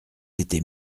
été